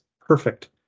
perfect